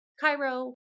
Cairo